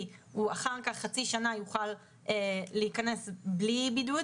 הוא אחר כך חצי שנה יוכל להיכנס בלי בידוד,